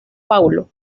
paulo